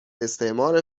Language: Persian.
استعمار